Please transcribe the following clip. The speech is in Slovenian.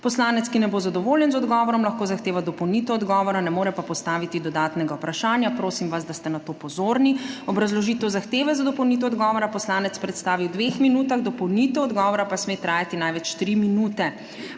Poslanec, ki ne bo zadovoljen z odgovorom, lahko zahteva dopolnitev odgovora, ne more pa postaviti dodatnega vprašanja. Prosim vas, da ste na to pozorni. Obrazložitev zahteve za dopolnitev odgovora poslanec predstavi v dveh minutah, dopolnitev odgovora pa sme trajati največ 3 minute.